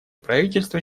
правительство